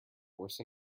worse